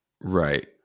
Right